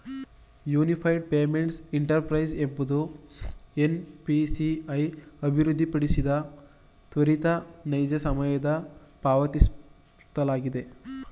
unified payments interface ಎಂಬುದು NPCI ಅಭಿವೃದ್ಧಿಪಡಿಸಿದ ತ್ವರಿತ ನೈಜ ಸಮಯದ ಪಾವತಿವಸ್ಥೆಯಾಗಿದೆ